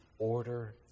Order